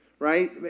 right